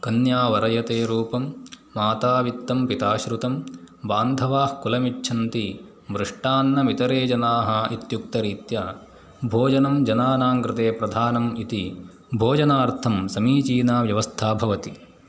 कन्या वरयते रूपं माता वित्तं पिताश्रितं बान्धवाः कुलमिच्छन्ति मिष्ठान्नमितरे जनाः इत्युक्तरीत्या भोजनं जनानां कृते प्रधानम् इति भोजनार्थं समीचीना व्यवस्था भवति